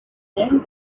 came